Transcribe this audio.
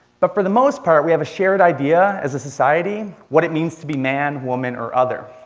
but for the most part, we have a shared idea as a society what it means to be man, woman, or other.